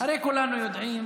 הרי כולנו יודעים